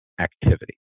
activity